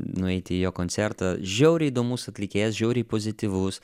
nueiti į jo koncertą žiauriai įdomus atlikėjas žiauriai pozityvus